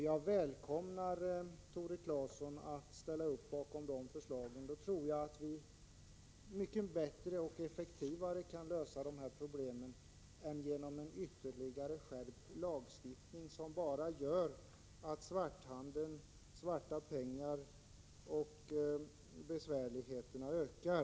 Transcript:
Jag välkomnar Tore Claeson att ställa upp på de förslagen. Om de genomförs tror jag att vi på ett bättre och effektivare sätt kan lösa problemen än vi kan göra genom en ytterligare skärpt lagstiftning, som bara gör att svarthandeln och därmed besvärligheterna ökar.